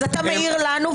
אתה מעיר לנו,